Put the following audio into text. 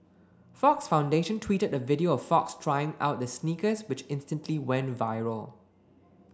Fox Foundation tweeted a video of Fox trying out the sneakers which instantly went viral